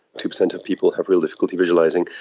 two percent of people have real difficulty visualising,